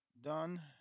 done